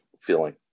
feeling